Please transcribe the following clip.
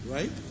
Right